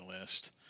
list